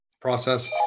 process